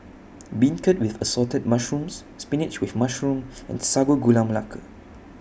Beancurd with Assorted Mushrooms Spinach with Mushroom and Sago Gula Melaka